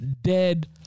dead